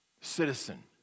citizen